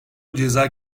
ceza